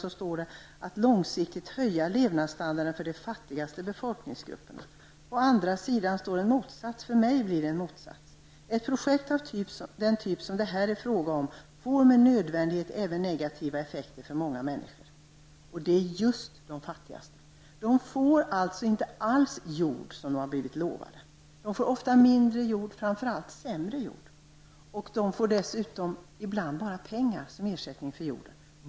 Där står ''-- att långsiktigt höja levnadsstandarden för de fattigaste befolkningsgrupperna''. Senare kommer det en för mig motsägande mening: ''Ett projekt av den typ som det här är fråga om får med nödvändighet även negativa effekter för många människor.'' Det gäller då just de fattigaste. De får inte alls den jord de har blivit lovade, och de får framför allt sämre jord. De får dessutom ibland bara pengar som ersättning för jorden.